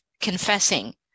confessing